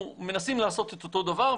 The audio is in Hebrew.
מנסים לעשות את אותו דבר,